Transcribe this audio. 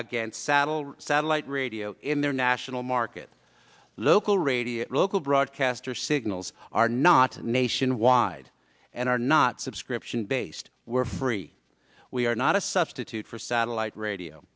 against saddle satellite radio in their national market local radio local broadcasters signals are not nationwide and are not subscription based were free we are not a substitute for satellite radio